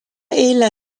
ella